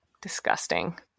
disgusting